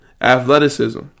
athleticism